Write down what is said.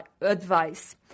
advice